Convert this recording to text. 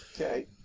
Okay